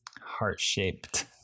heart-shaped